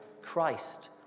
Christ